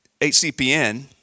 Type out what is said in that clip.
HCPN